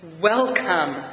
Welcome